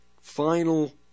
final